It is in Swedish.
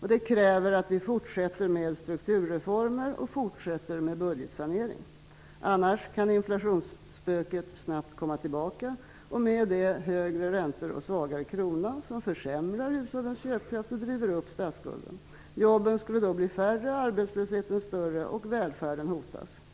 Det kräver att vi fortsätter med strukturreformer och fortsätter med budgetsanering, annars kan inflationsspöket snabbt komma tillbaka och med det högre räntor och en svagare krona som försämrar hushållens köpkraft och driver upp statsskulden. Jobben skulle då bli färre, arbetslösheten större och välfärden hotas.